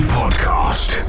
podcast